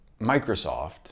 Microsoft